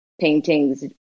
paintings